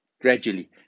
Gradually